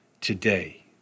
today